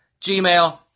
Gmail